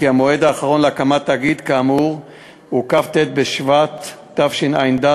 כי המועד האחרון להקמת תאגיד כאמור הוא כ"ט בשבט התשע"ד,